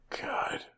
God